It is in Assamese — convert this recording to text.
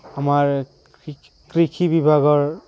আমাৰ কৃষি কৃষি বিভাগৰ